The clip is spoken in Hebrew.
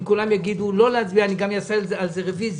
אם כולם יגידו לא להצביע, אני אעשה על זה רוויזיה.